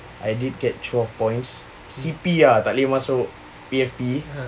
I did get twelve points C_P ah takleh A_F_P